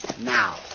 Now